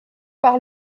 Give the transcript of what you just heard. par